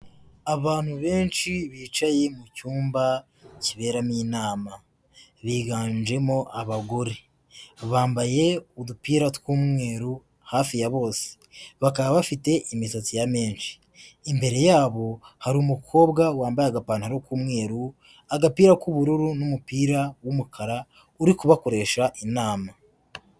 Abantu benshi bicaye mu cyumba kiberamo inama, biganjemo abagore bambaye udupira tw'umweru hafi ya bose, bakaba bafite imisatsi ya menshi. Imbere yabo hari umukobwa wambaye agapantaro k'umweru, agapira k'ubururu n'umupira w'umukara uri kubakoresha inama.